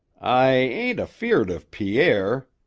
i ain't afeared of pierre,